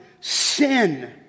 sin